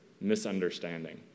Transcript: misunderstanding